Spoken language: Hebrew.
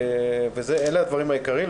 אלה הדברים העיקריים.